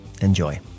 Enjoy